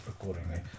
accordingly